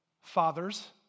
fathers